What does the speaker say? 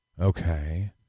Okay